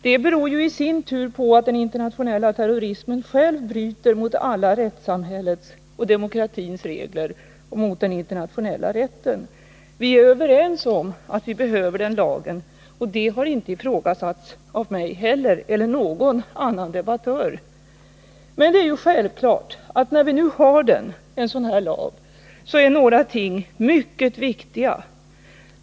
Det beror i sin tur på att den internationella terrorismen bryter mot alla rättssamhällets och demokratins regler och mot den internationella rätten. Vi är överens om att vi behöver lagen, och det har inte ifrågasatts av mig eller av någon annan debattör. Men det är självklart att några ting är mycket viktiga när vi nu har en sådan här lag.